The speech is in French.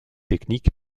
technique